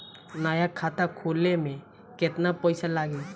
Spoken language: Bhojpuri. नया खाता खोले मे केतना पईसा लागि?